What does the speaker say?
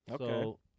Okay